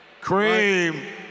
Cream